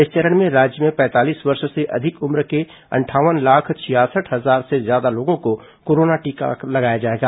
इस चरण में राज्य में पैंतालीस वर्ष से अधिक उम्र के अंठावन लाख छियासठ हजार से ज्यादा लोगों को कोरोना का टीका लगाया जाएगा